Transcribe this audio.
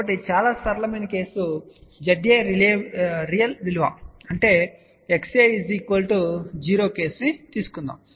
కాబట్టి చాలా సరళమైన కేసు ZA రియల్ విలువ అంటే XA 0 కేసును తీసుకుందాము